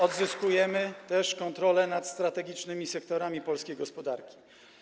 Odzyskujemy też kontrolę nad strategicznymi sektorami polskiej gospodarki.